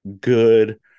good